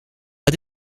het